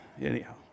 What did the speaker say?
Anyhow